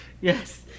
Yes